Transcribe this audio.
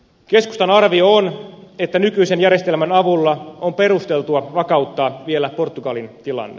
keskustan arvio on että nykyisen järjestelmän avulla on perusteltua vakauttaa vielä portugalin tilanne